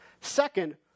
Second